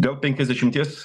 dėl penkiasdešimties